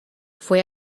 fue